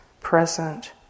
present